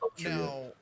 Now